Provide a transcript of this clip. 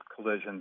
collisions